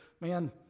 man